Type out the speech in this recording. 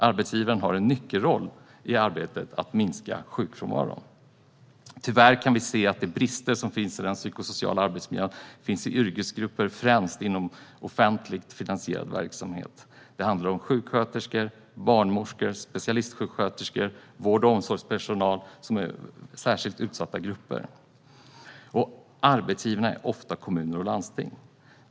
Arbetsgivaren har en nyckelroll i arbetet med att minska sjukfrånvaron. Tyvärr kan vi se att de brister som finns i den psykosociala arbetsmiljön finns i yrkesgrupper främst inom offentligt finansierad verksamhet. Det handlar om sjuksköterskor, barnmorskor, specialistsjuksköterskor - vård och omsorgspersonal som tillhör särskilt utsatta grupper. Arbetsgivarna är ofta kommuner och landsting.